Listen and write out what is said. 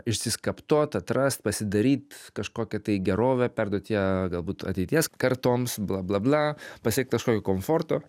išsiskaptuot atrast pasidaryt kažkokią tai gerovę perduot ją galbūt ateities kartoms bla bla bla pasiekt kažkokio komforto